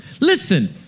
listen